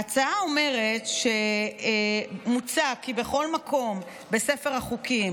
ההצעה אומרת: מוצע כי בכל מקום בספר החוקים